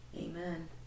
Amen